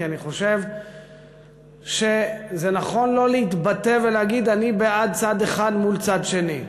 כי אני חושב שזה נכון לא להתבטא ולהגיד: אני בעד צד אחד מול צד שני.